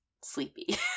sleepy